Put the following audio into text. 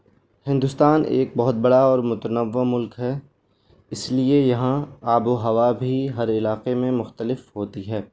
ہندوستان ایک بہت بڑا اور متنوع ملک ہے اس لیے یہاں آب و ہوا بھی ہر علاقے میں مختلف ہوتی ہے